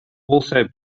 also